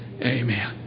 Amen